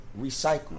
recycle